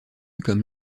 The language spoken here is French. comme